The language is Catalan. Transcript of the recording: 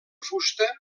fusta